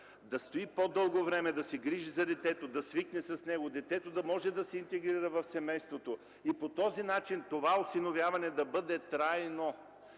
да стои по-дълго време и да се грижи за детето, да свикне с него, детето да може да се интегрира в семейството и по този начин това осиновяване да бъде трайно.